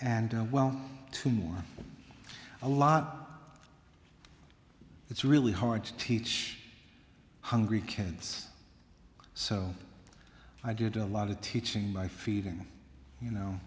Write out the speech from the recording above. and well two more a lot it's really hard to teach hungry kids so i did a lot of teaching by feeding you know